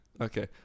Okay